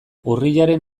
urriaren